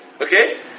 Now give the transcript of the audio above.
Okay